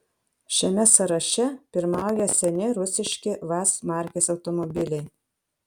šiame sąraše pirmauja seni rusiški vaz markės automobiliai